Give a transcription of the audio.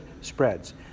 spreads